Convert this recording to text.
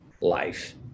life